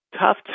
tough